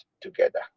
together